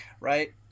right